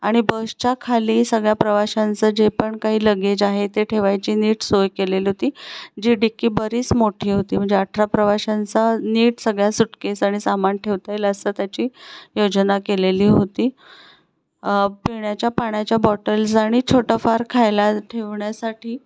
आणि बसच्याखाली सगळ्या प्रवाशांचं जे पण काही लगेज आहे ते ठेवायची नीट सोय केलेली होती जी डिक्की बरीच मोठी होती म्हणजे अठरा प्रवाशांचा नीट सगळ्या सुटकेस आणि सामान ठेवता येईल असं त्याची योजना केलेली होती पिण्याच्या पाण्याच्या बॉटल्स आणि छोटाफार खायला ठेवण्यासाठी